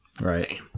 Right